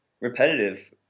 repetitive